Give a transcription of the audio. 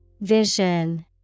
Vision